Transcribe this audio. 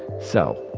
so.